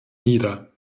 nieder